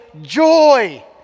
joy